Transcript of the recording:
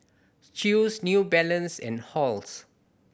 Chew's New Balance and Halls